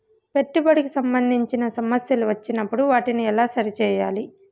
పెట్టుబడికి సంబంధించిన సమస్యలు వచ్చినప్పుడు వాటిని ఎలా సరి చేయాలి?